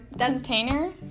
Container